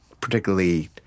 particularly